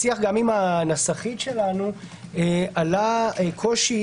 בשיח גם עם הנסחית שלנו עלה קושי